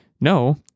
no